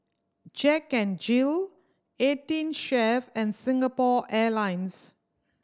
Jack N Jill Eighteen Chef and Singapore Airlines